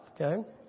Okay